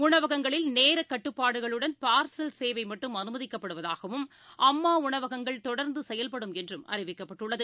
உணவகங்களில் நேரக் கட்டுப்பாடுகளுடன் பார்சல் சேவைமட்டும் அனுமதிக்கப்படுவதாகவும் அம்மாஉணவகங்கள் தொடர்ந்துசெயல்படும் என்றும் அறிவிக்கப்பட்டுள்ளது